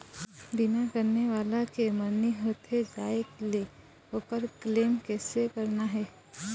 बीमा करने वाला के मरनी होथे जाय ले, ओकर क्लेम कैसे करना हे?